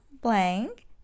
blank